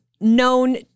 known